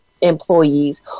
employees